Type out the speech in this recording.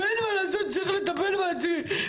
אני צריך לטפל בעצמי.